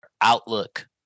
outlook